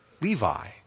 Levi